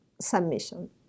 submission